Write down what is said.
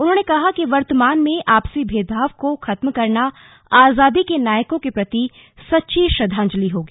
उन्होंने कहा कि वर्तमान में आपसी भेदभाव को खत्म करना आजादी के नायकों के प्रति सच्ची श्रद्वांजलि होगी